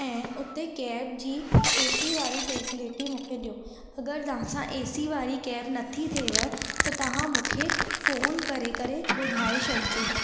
ऐं हुते कैब जी ए सी वारी फैसिलिटी मूंखे ॾियो अगरि तव्हां सां ए सी वारी कैब नथी थिएव त तव्हां मूंखे फ़ोन करे करे ॿुधाए छॾिजो